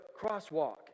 crosswalk